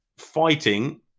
fighting